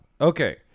Okay